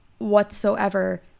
whatsoever